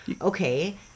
Okay